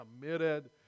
committed